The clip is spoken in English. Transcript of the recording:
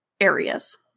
areas